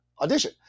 audition